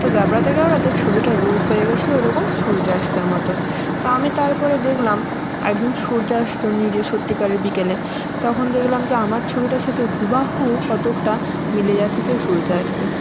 তো গেবড়াতে গেবড়াতে ছবিটার রূপ হয়ে গেছিল ওইরকম সূর্যাস্তের মতন তো আমি তারপরে দেখলাম একদিন সূর্যাস্ত নিজে সত্যিকারের বিকেলে তখন দেখলাম যে আমার ছবিটার সাথে হুবহু কতকটা মিলে যাচ্ছে সেই সূর্যাস্তে